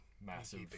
massive